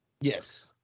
yes